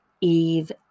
Eve